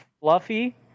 Fluffy